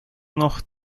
noch